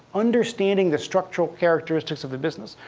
understanding the structural characteristics of the business,